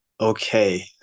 okay